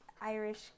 irish